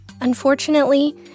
Unfortunately